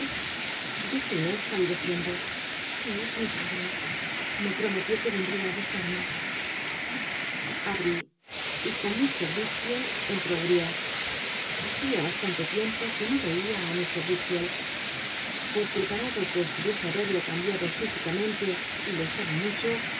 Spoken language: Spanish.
dijo inés palideciendo que es mi padre me prometió que i'cndria i buscmme alwi y con mr wickfield entró uriah hacia bastante tien tpo que no veia á mr wickficld por prcpamclo que cstul'iese ü eric cambiado fisicamcntc y lo estaba mucho